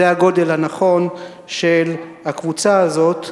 זה הגודל הנכון של הקבוצה הזאת,